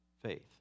faith